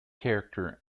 character